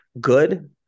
good